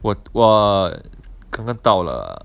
我我可能到了